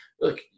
look